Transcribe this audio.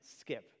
skip